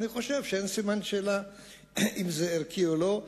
אני חושב שאין סימן שאלה אם זה ערכי או לא.